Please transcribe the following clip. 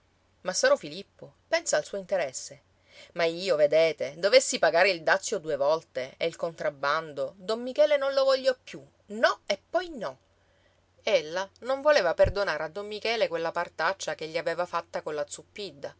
contrabbando massaro filippo pensa al suo interesse ma io vedete dovessi pagare il dazio due volte e il contrabbando don michele non lo voglio più no e poi no ella non voleva perdonare a don michele quella partaccia che gli aveva fatta colla